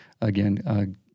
again